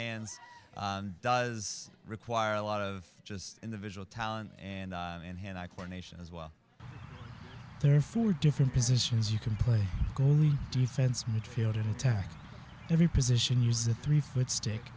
hands does require a lot of just individual talent and in hand eye coordination as well there are four different positions you can play goalie defense midfield and attack every position use a three foot stick